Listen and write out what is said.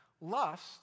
Lust